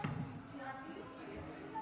חשבתי שחבר הכנסת בוסקילה